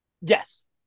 Yes